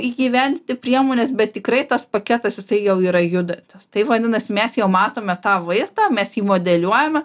įgyvendinti priemones bet tikrai tas paketas jisai jau yra judantis tai vadinas mes jau matome tą vaizdą mes jį modeliuojam